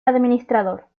administrador